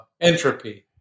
entropy